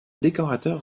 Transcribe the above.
décorateur